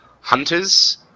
hunters